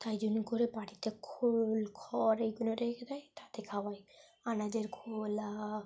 তাই জন্যে করে বাড়িতে খোল খড় এইগুলো রেখে দেয় তাতে খাওয়ায় আনাজের খোলা